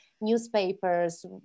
newspapers